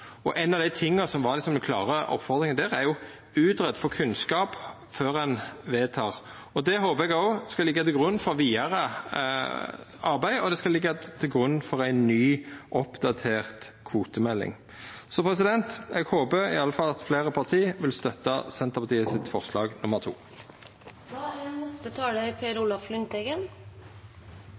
var ei klar oppmoding der, er: Grei ut for kunnskap før ein vedtek. Det håpar eg òg skal liggja til grunn for vidare arbeid, og det skal liggja til grunn for ei ny, oppdatert kvotemelding. Eg håpar i alle fall at fleire parti vil støtta Senterpartiets forslag nr. 2. Riksrevisjonen kom med en meget skarp kritikk av fiskeripolitikken i 2004–2018: Kvotesystemet ivaretar ikke prinsippene for fiskeripolitikken, slik det er